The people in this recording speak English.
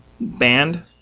band